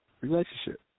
relationship